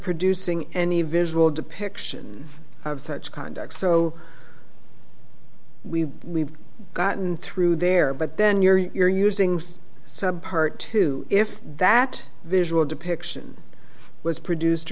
producing any visual depiction of such conduct so we we've gotten through there but then you're you're using part two if that visual depiction was produced